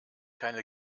keine